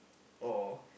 or